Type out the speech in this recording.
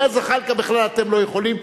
אומר זחאלקה: בכלל אתם לא יכולים,